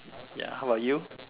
ya how about you